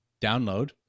download